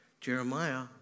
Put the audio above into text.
Jeremiah